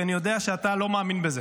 כי אני יודע שאתה לא מאמין בזה.